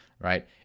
right